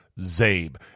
ZABE